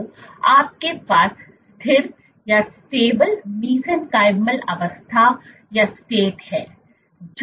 तो आपके पास स्थिर मेसेंकाईमल अवस्था है